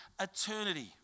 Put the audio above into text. eternity